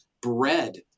bread